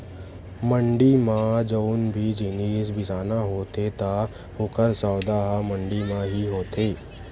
मंड़ी म जउन भी जिनिस बिसाना होथे त ओकर सौदा ह मंडी म ही होथे